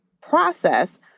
process